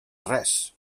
res